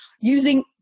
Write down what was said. Using